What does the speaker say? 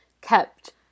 kept